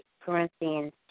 Corinthians